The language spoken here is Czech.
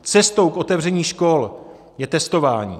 Cestou k otevření škol je testování.